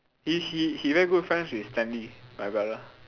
he he he very good friend with Stanley my brother